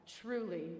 truly